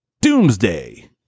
Doomsday